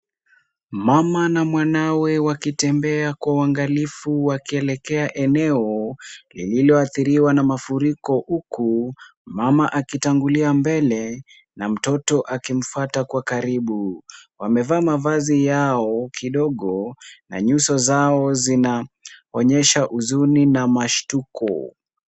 Mama na mwanawe wakitembea kwa uangalifu, wakielekea eneo lililoathiriwa na mafuriko huku mama akitangulia mbele na mtoto akimfuata kwa karibu. Wamevaa mavazi yao kidogo na nyuso zao zinaonyesha huzuni na mashtuko.